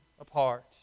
apart